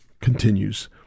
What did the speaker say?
continues